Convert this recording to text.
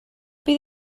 bydd